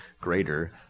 greater